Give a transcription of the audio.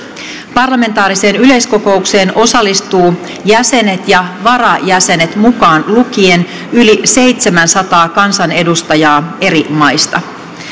parlamentaariseen yleiskokoukseen osallistuu jäsenet ja varajäsenet mukaan lukien yli seitsemänsataa kansanedustajaa eri maista